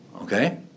okay